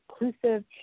inclusive